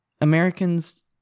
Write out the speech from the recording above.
Americans